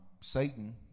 Satan